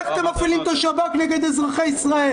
איך אתם מפעילים את השב"כ נגד אזרחי ישראל?